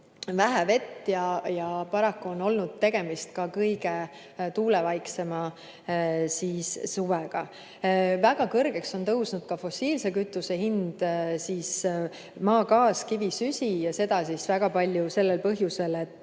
vähe vett ja paraku on olnud tegemist ka kõige tuulevaiksema suvega. Väga kõrgeks on tõusnud ka fossiilse kütuse hind (maagaas, kivisüsi) ja seda väga palju sellel põhjusel, et